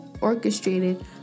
orchestrated